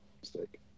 Mistake